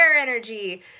energy